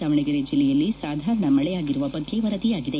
ದಾವಣಗೆರೆ ಜಿಲ್ಲೆಯಲ್ಲಿ ಸಾಧಾರಣ ಮಳೆಯಾಗಿರುವ ಬಗ್ಗೆ ವರದಿಯಾಗಿದೆ